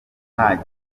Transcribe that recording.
nta